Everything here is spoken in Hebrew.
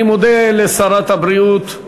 אני מודה לשרת הבריאות,